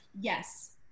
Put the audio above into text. Yes